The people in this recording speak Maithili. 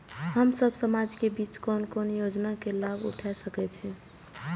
हम सब समाज के बीच कोन कोन योजना के लाभ उठा सके छी?